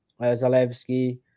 Zalewski